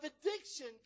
addiction